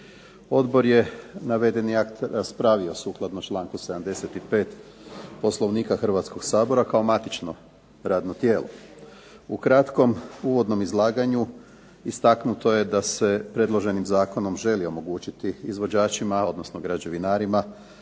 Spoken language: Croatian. Odbor je navedeni akt raspravio sukladno članku 75. Poslovnika Hrvatskoga sabora kao matično radno tijelo. U kratkom uvodnom izlaganju istaknuto je da se predloženim zakonom želi omogućiti izvođačima odnosno građevinarima